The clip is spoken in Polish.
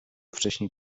wcześniej